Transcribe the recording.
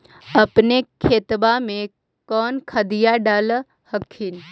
अपने खेतबा मे कौन खदिया डाल हखिन?